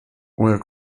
woher